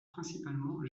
principalement